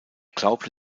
glaubte